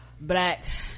black